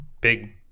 big